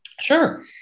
Sure